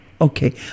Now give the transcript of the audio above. okay